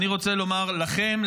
ואני רוצה לומר לכם,